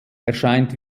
erscheint